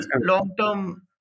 long-term